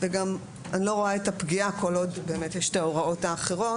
וגם אני לא רואה את הפגיעה כל עוד באמת יש את ההוראות האחרות,